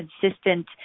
consistent